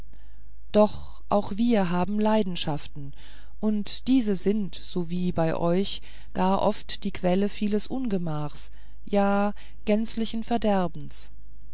doch auch wir haben leidenschaften und diese sind sowie bei euch gar oft die quelle vieles ungemachs ja gänzlichen verderbens